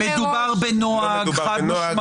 מדובר בנוהג, חד-משמעית.